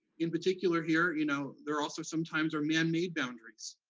in particular here, you know there also sometimes are man-made boundaries.